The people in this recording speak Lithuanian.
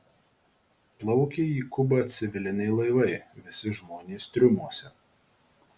plaukia į kubą civiliniai laivai visi žmonės triumuose